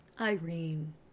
Irene